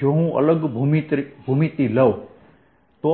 જો હું અલગ ભૂમિતિ લઉં તો